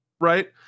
right